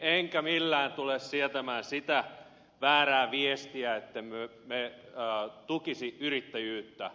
enkä millään tule sietämään sitä väärää viestiä ettemme me tukisi yrittäjyyttä